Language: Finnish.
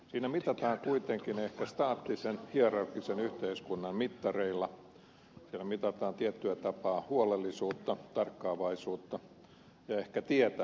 siinä mitataan kuitenkin ehkä staattisen hierarkkisen yhteiskunnan mittareilla siellä mitataan tietyllä tapaa huolellisuutta tarkkaavaisuutta ja ehkä tietämistä